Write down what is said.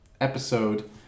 episode